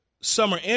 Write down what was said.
summer